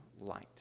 light